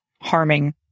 harming